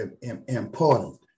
important